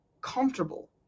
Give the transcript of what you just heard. comfortable